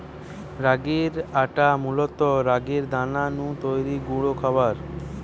রাগির আটা মূলত রাগির দানা নু তৈরি গুঁড়া খাবার